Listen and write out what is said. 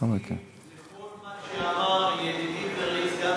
אני מסכים לכל מה שאמר ידידי ורעי סגן